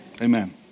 Amen